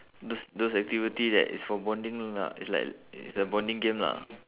those those activity that is for bonding lah it's like it's a bonding game lah